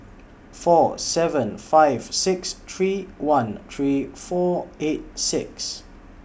four seven five six three one three four eight six